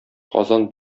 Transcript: казан